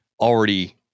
already